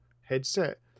headset